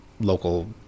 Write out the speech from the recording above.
local